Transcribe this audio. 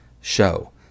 show